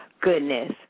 goodness